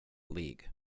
league